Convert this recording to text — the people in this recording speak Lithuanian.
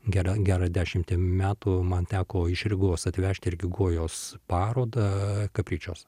gerą gerą dešimtį metų man teko iš rygos atvežti irgi gojaus jos parodą kapričios